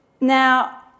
Now